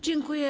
Dziękuję.